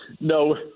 No